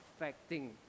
affecting